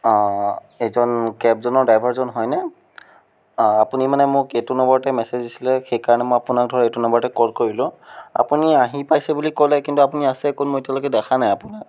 অঁ এইজন কেবজনৰ ড্ৰাইভাৰজন হয়নে আপুনি মানে মোক এইটো নম্বৰতে মেচেজ দিছিলে সেইকাৰণে মই আপোনাক ধৰক এইটো নাম্বাৰতে কল কৰিলোঁ আপুনি আহি পাইছে বুলি ক'লে কিন্তু আপুনি আছে ক'ত মই এতিয়ালৈকে দেখা নাই আপোনাক